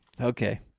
Okay